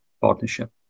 partnership